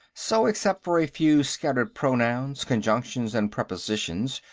so, except for a few scattered pronouns, conjunctions and prepositions,